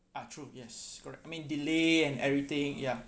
ah true yes correct I mean delay and everything ya